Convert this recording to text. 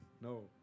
No